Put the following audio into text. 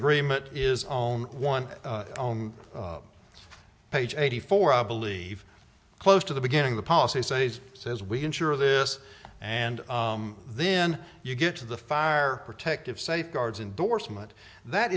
agreement is own one home page eighty four i believe close to the beginning the policy say's says we ensure this and then you get to the fire protective safeguards indorsement that